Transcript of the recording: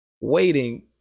Waiting